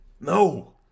No